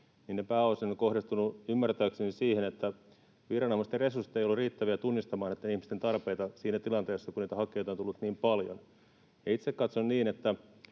peruttu, pääosin ovat kohdistuneet ymmärtääkseni siihen, että viranomaisten resurssit eivät olleet riittäviä tunnistamaan niiden ihmisten tarpeita siinä tilanteessa, kun niitä hakijoita on tullut niin paljon. Itse katson niin, että